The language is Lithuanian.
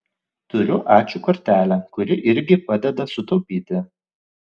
turiu ačiū kortelę kuri irgi padeda sutaupyti